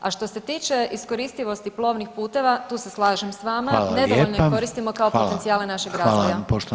A što se tiče iskoristivosti plovnih puteva tu se slažem s vama nedovoljno ih koristimo [[Upadica: Hvala lijepa.]] kao potencijale našeg razvoja.